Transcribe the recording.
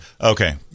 okay